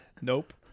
Nope